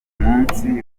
munsi